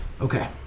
Okay